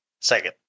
second